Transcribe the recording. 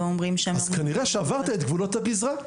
אז כנראה שעברת את גבולות הגזרה.